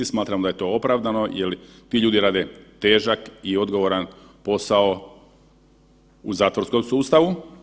Smatram da je to opravdano jel ti ljudi rade težak i odgovoran posao u zatvorskom sustavu.